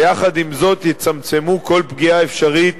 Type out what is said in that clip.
ויחד עם זאת יצמצמו כל פגיעה אפשרית